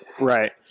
Right